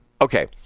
Okay